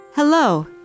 Hello